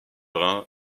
rhin